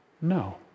No